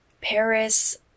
Paris